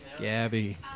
Gabby